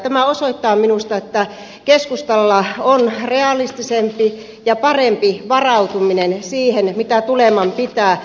tämä osoittaa minusta että keskustalla on realistisempi ja parempi varautuminen siihen mitä tuleman pitää